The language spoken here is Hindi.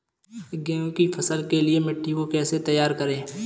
गेहूँ की फसल के लिए मिट्टी को कैसे तैयार करें?